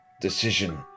decision